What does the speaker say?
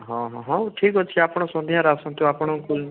ହଁ ହଁ ହଉ ଠିକ୍ ଅଛି ଆପଣ ସନ୍ଧ୍ୟାରେ ଆସନ୍ତୁ ଆପଣଙ୍କୁ